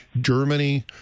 Germany